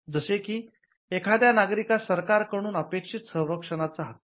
जसे की एखाद्या नागरिकास सरकारकडून अपेक्षित संरक्षणाचा हक्क